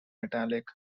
metallic